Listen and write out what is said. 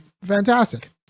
fantastic